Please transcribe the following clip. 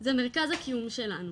זה מרכז הקיום שלנו.